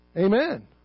Amen